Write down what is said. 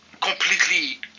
completely